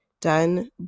done